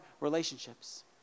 relationships